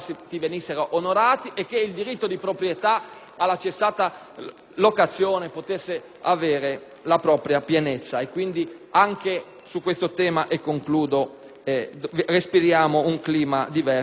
della locazione potesse avere la propria pienezza. Quindi, anche su questo tema, e concludo, respiriamo un clima diverso e nuovo.